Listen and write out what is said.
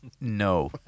no